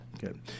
Good